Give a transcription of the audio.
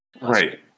Right